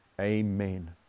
Amen